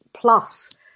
plus